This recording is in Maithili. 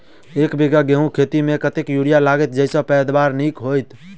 एक बीघा गेंहूँ खेती मे कतेक यूरिया लागतै जयसँ पैदावार नीक हेतइ?